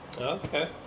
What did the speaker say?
Okay